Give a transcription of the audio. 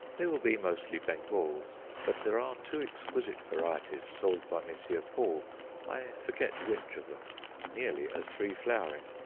they will be mostly bengals but there are two exquisite varieties sold by messrs. paul i forget which of them nearly as free flowering.